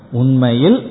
unmail